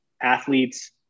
athletes